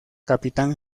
capitán